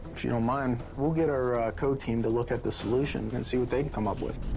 if you don't mind, we'll get our code team to look at the solution and see what they can come up with.